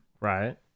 Right